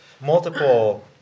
multiple